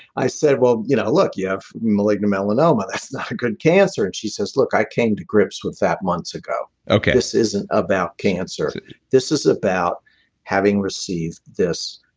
i said, well you know look, you have malignant melanoma, that's not a good cancer. and she says, look, i came to grips with that months ago. this isn't about cancer this is about having received this.